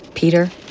Peter